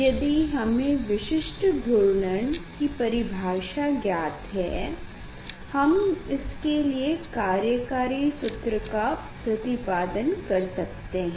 यदि हमे विशिष्ट घूर्णन कि परिभाषा ज्ञात है हम इसके लिए कार्यकारी सूत्र का प्रतिपादन कर सकते हैं